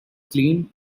clean